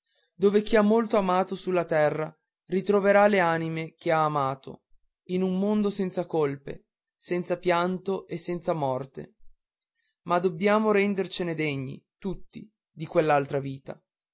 dove chi ha molto amato sulla terra ritroverà le anime che ha amate in un mondo senza colpe senza pianto e senza morte ma dobbiamo rendercene degni tutti di quell'altra vita